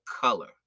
color